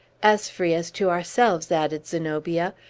as free as to ourselves, added zenobia.